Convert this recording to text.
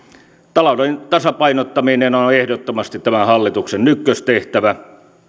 talouden tasapainottaminen on ehdottomasti tämän hallituksen ykköstehtävä